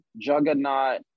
juggernaut